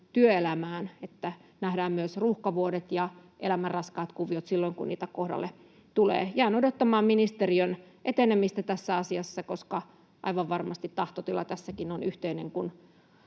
työelämään, että nähdään myös ruuhkavuodet ja elämän raskaat kuviot silloin, kun niitä kohdalle tulee. Jään odottamaan ministeriön etenemistä tässä asiassa, koska aivan varmasti tahtotila tässäkin on yhteinen, kun